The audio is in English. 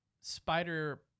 spider